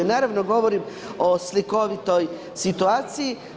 Naravno govorim o slikovitoj situaciji.